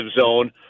zone